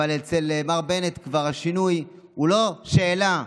אבל אצל מר בנט כבר השינוי הוא לא שאלה,